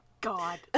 God